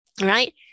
right